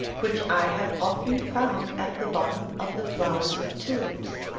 which i have often found at the bottom of the flowers of tulips.